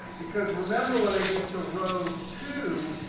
because remember, when i get to row two,